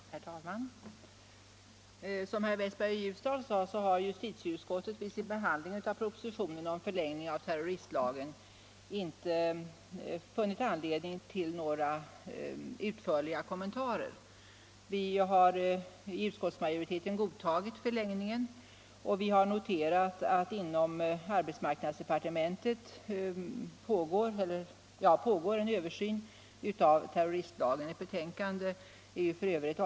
Herr talman! Som herr Westberg i Ljusdal sade har justitieutskottet vid sin behandling av propositionen om förlängning av terroristlagens giltighet inte funnit anledning till några utförliga kommentarer. Utskottsmajoriteten har godtagit förlängningen, och vi har noterat att det inom arbetsmarknadsdepartementet pågår en översyn av terroristlagen. Ett betänkande är f.ö.